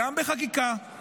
גם בחקיקה,